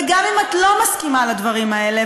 וגם אם את לא מסכימה לדברים האלה,